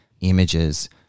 images